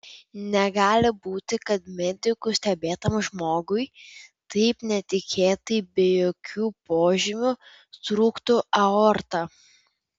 negali būti kad medikų stebėtam žmogui taip netikėtai be jokių požymių trūktų aorta